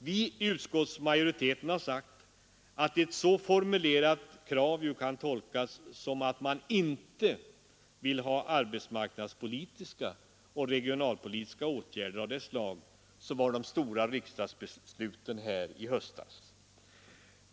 Vi i utskottsmajoriteten har sagt att ett så formulerat krav kan tolkas som att man inte vill ha arbetsmarknadspolitiska och regionalpolitiska åtgärder av det slag som de stora riksdagsbesluten här i höstas.